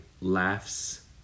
laughs